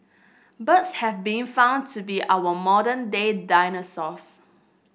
birds have been found to be our modern day dinosaurs